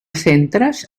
centres